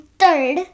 third